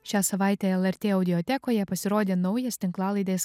šią savaitę lrt audiotekoje pasirodė naujas tinklalaidės